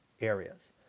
areas